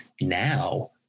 now